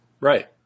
Right